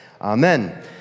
Amen